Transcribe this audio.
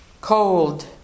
Cold